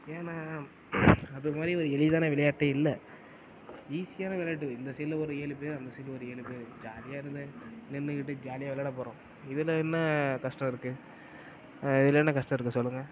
ஏன்னா அது மாதிரி ஒரு எளிதான விளையாட்டு இல்லை ஈஸியான விளையாட்டு இந்த சைடில் ஒரு ஏழு பேர் அந்த சைடில் ஒரு ஏழு பேர் ஜாலியாக இருந்து நின்றுகிட்டு ஜாலியாக விளையாட போகிறோம் இதில் என்ன கஷ்டம் இருக்கு இதில் என்ன கஷ்டம் இருக்கு சொல்லுங்கள்